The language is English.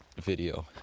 video